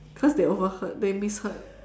cause they overheard they misheard